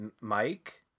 mike